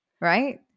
right